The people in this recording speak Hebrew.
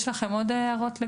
יש לכם עוד הערות?